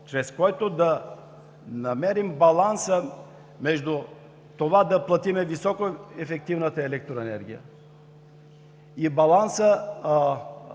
чрез който да намерим баланса между това да платим високоефективна електроенергия и баланса